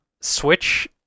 Switch